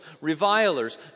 revilers